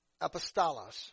Apostolos